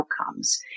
outcomes